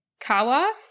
kawa